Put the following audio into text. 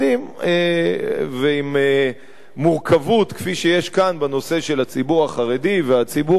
ועם מורכבות כפי שיש כאן בנושא הציבור החרדי והציבור הערבי,